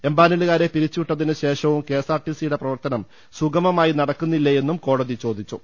എംപാനലുകാ രെ പിരിച്ചുവിട്ടതിന് ശേഷവും കെഎസ്ആർടിസിയുടെ പ്രർത്ത നം സുഗമമായി നടക്കുന്നില്ലേയെന്നും കോടതി ചോദിച്ചു